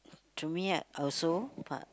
to me I also but